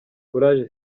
courage